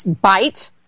bite